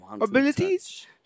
abilities